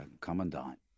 commandant